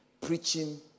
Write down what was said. preaching